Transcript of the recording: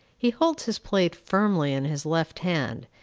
he holds his plate firmly in his left hand,